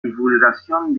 divulgación